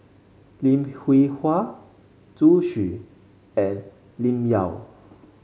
Lim Hwee Hua Zhu Xu and Lim Yau